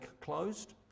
closed